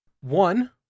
One